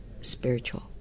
spiritual